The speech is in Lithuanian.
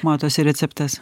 matosi receptas